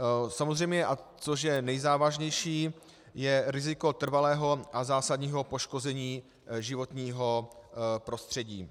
A samozřejmě, což je nejzávažnější, je riziko trvalého a zásadního poškození životního prostředí.